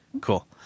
Cool